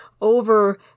over